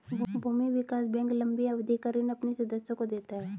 भूमि विकास बैंक लम्बी अवधि का ऋण अपने सदस्यों को देता है